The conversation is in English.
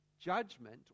judgment